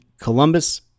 columbus